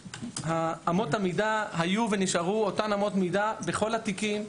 אמות המידה היו ונשארו אותן אמות מידה בכל התיקים.